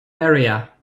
area